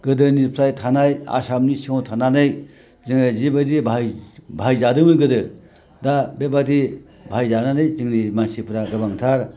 गोदोनिफ्राय थानाय आसामनि सिङाव थानानै जोङो जिबायदि बाहायजादोंमोन गोदो दा बेबायदि बाहायजानानै जोंनि मानसिफ्रा गोबां गोबांथार